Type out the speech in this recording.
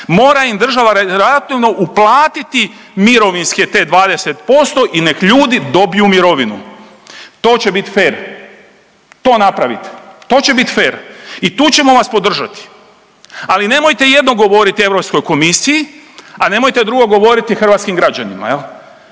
se ne razumije/… uplatiti mirovinske te 20% i nek ljudi dobiju mirovinu to će biti fer, to napravite, to će bit fer i tu ćemo vas podržati, ali nemojte jedno govoriti Europskoj komisiji, a nemojte drugo govoriti hrvatskim građanima